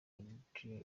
bruce